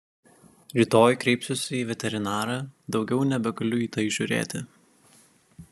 rytoj kreipsiuosi į veterinarą daugiau nebegaliu į tai žiūrėti